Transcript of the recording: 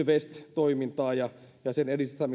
invest toimintaa ja sen edistämistä siihen